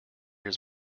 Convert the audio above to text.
his